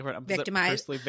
Victimized